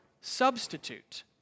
substitute